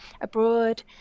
abroad